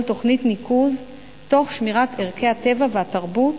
תוכנית ניקוז תוך שימור ערכי הטבע והתרבות